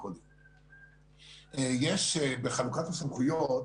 בחלוקת הסמכויות,